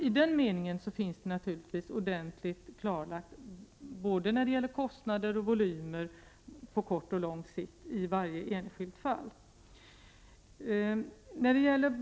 I den meningen har naturligtvis kostnader och volymer på kort och lång sikt i varje enskilt fall kartlagts ordentligt.